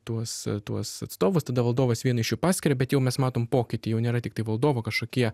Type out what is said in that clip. tuos tuos atstovus tada valdovas vieną iš jų paskiria bet jau mes matom pokytį jau nėra tiktai valdovo kažkokie